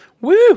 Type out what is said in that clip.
Woo